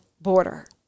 border